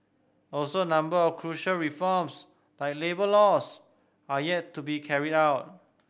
also a number of crucial reforms like labour laws are yet to be carried out